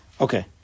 Okay